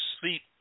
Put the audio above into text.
sleep